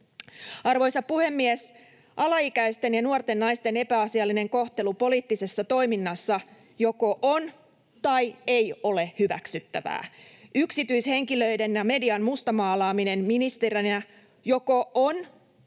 Arvoisa puhemies! Alaikäisten ja nuorten naisten epäasiallinen kohtelu poliittisessa toiminnassa joko on tai ei ole hyväksyttävää. Yksityishenkilöiden ja median mustamaalaaminen ministerinä joko on